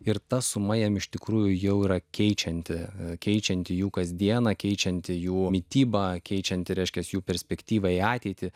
ir ta suma jam iš tikrųjų jau yra keičianti keičianti jų kasdieną keičianti jų mitybą keičiant reiškiasi jų perspektyvą į ateitį